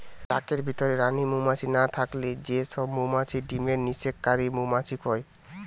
চাকের ভিতরে রানী মউমাছি না থাকলে যে সব মউমাছি ডিমের নিষেক কারি মউমাছি কয়